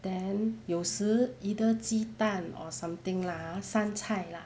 then 有时 either 鸡蛋 or something lah !huh! 三菜 lah